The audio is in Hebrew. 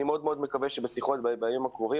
אני מאוד מאוד מקווה שבשיחות בימים הקרובים